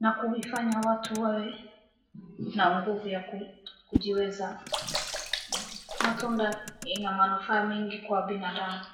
na kuifanya watu wawe na nguvu ya kujiweza. Matunda ina manufaa mingi kwa wanadamu.